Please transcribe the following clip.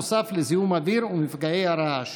בנוסף לזיהום אוויר ומפגעי רעש.